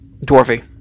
Dwarfy